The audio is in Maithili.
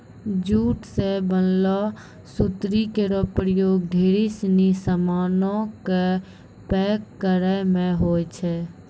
जूट सें बनलो सुतरी केरो प्रयोग ढेरी सिनी सामानो क पैक करय म होय छै